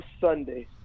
sunday